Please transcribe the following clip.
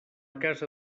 casa